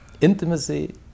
Intimacy